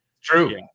True